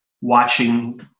watching